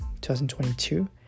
2022